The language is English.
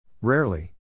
Rarely